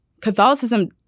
Catholicism